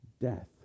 death